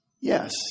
Yes